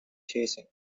chasing